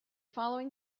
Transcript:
following